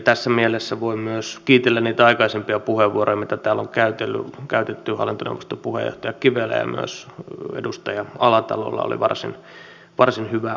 tässä mielessä voin myös kiitellä niitä aikaisempia puheenvuoroja mitä täällä on käytetty hallintoneuvoston puheenjohtaja kivelää ja myös edustaja alatalolla oli varsin hyvä puheenvuoro